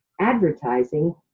Advertising